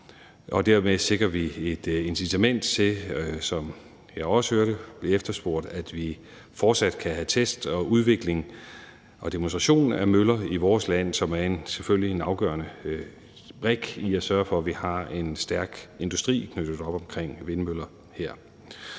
og dermed sikrer vi et incitament til, som jeg også hørte efterspurgt, at vi fortsat kan have test og udvikling og demonstration af møller i vores land, hvilket selvfølgelig er en afgørende brik i at sørge for, at vi har en stærk industri knyttet op omkring vindmøller her.